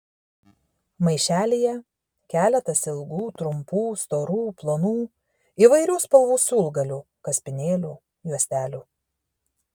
maišelyje keletas ilgų trumpų storų plonų įvairių spalvų siūlgalių kaspinėlių juostelių